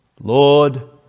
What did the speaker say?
Lord